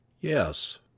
Yes